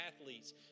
athletes